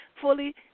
Fully